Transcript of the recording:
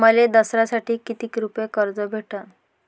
मले दसऱ्यासाठी कितीक रुपये कर्ज भेटन?